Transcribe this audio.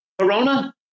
Corona